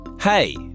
Hey